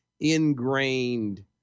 ingrained